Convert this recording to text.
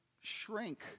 shrink